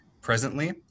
presently